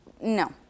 No